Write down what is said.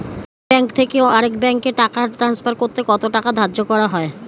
এক ব্যাংক থেকে আরেক ব্যাংকে টাকা টান্সফার করতে কত টাকা ধার্য করা হয়?